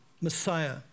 Messiah